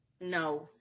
No